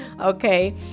okay